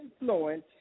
influence